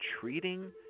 treating